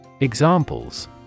Examples